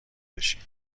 بشیم